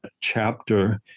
chapter